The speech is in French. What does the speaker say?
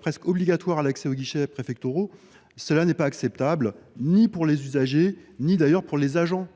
presque obligatoire à l’accès aux guichets préfectoraux. Ce n’est pas acceptable, ni pour les usagers ni d’ailleurs pour les agents,